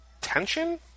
tension